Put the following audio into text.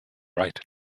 right